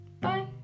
bye